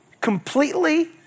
completely